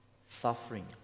suffering